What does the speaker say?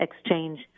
Exchange